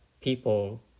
people